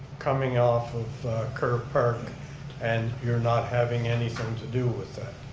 coming off of ker park and you're not having anything to do with that.